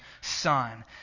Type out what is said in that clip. son